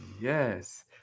Yes